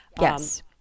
Yes